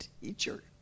teacher